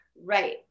Right